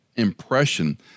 impression